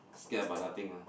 scared about nothing ah